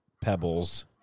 pebbles